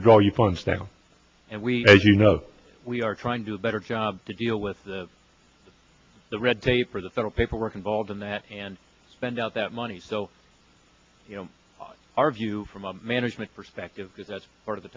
there and we as you know we are trying to do a better job to deal with the red tape or the federal paperwork involved in that and spend out that money so you know our view from a management perspective because that's part of the